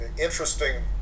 interesting